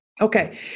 Okay